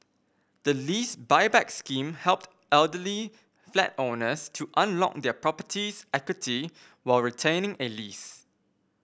the Lease Buyback Scheme helped elderly flat owners to unlock their property's equity while retaining a lease